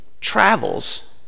travels